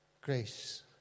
grace